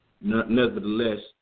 nevertheless